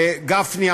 וגפני,